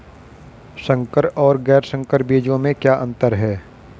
संकर और गैर संकर बीजों में क्या अंतर है?